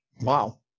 Wow